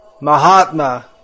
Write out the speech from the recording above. Mahatma